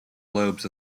lobes